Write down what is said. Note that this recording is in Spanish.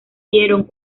dieron